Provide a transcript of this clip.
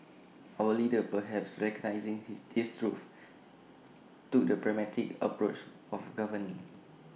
our leaders perhaps recognising his this truth took the pragmatic approach of governing